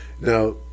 Now